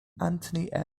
anthony